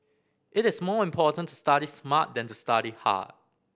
it is more important to study smart than to study hard